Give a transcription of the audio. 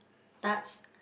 tarts